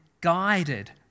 guided